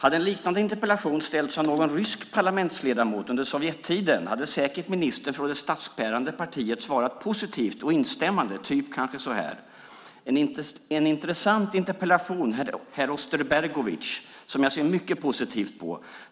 Om en liknande interpellation hade ställts av en rysk parlamentsledamot under Sovjettiden hade ministern från det statsbärande partiet säkert svarat positivt och instämmande, kanske så här: En intressant interpellation, herr Osterbergovitj, som jag ser mycket positivt på.